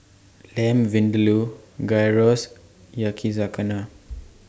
Lamb Vindaloo Gyros Yakizakana